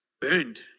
Burned